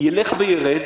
ילך וירד,